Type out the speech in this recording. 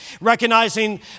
recognizing